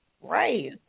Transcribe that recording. right